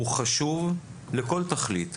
הוא חשוב לכל תכלית,